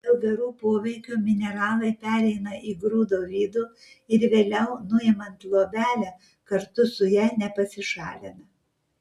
dėl garų poveikio mineralai pereina į grūdo vidų ir vėliau nuimant luobelę kartu su ja nepasišalina